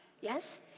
Yes